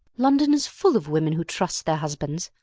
london is full of women who trust their husbands.